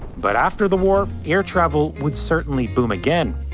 but after the war, air travel would certainly boom again.